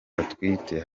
atwite